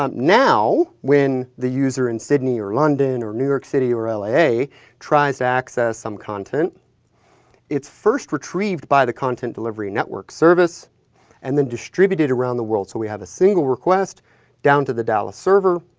um now when the user in sydney, or london, or new york city, or and la tries to access some content its first retrieved by the content delivery network service and then distributed around the world. so, we have a single request down to the dallas server.